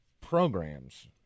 programs